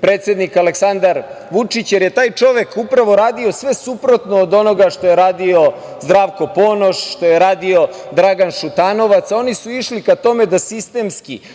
predsednik Aleksandar Vučić, jer je taj čovek upravo radio sve suprotno od onoga što je radio Zdravko Ponoš, što je radio Dragan Šutanovac, a on su išli ka tome da sistemski